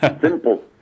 simple